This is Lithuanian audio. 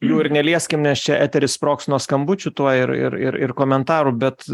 jų ir nelieskim nes čia eteris sprogs nuo skambučių tuo ir ir ir ir komentarų bet